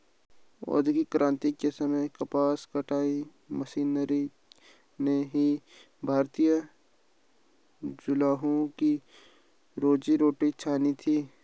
औद्योगिक क्रांति के समय कपास कताई मशीनरी ने ही भारतीय जुलाहों की रोजी रोटी छिनी थी